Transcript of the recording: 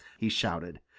he shouted.